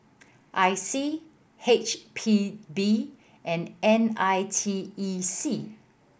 I C H P B and N I T E C